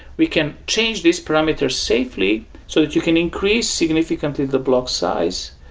we can change this parameter safely so that you can increase significantly the block size.